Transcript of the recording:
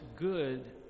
good